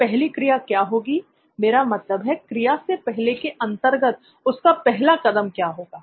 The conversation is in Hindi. तो पहली क्रिया क्या होगी मेरा मतलब है क्रिया से " पहले" के अंतर्गत उसका पहला कदम क्या होगा